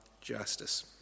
justice